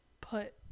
put